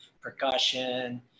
percussion